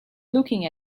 looking